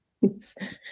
Yes